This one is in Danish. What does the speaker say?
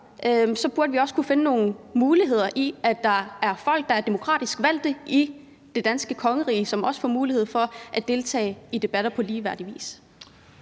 er, burde vi også kunne finde nogle muligheder for, at folk, der er demokratisk valgt i det danske kongerige, også kan deltage i debatter på ligeværdig vis.